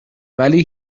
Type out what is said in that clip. ولی